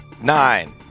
Nine